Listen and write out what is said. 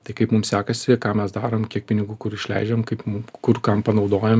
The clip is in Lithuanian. tai kaip mum sekasi ką mes darom kiek pinigų kur išleidžiam kaip mum kur kam panaudojan